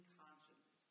conscience